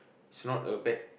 it's not a bad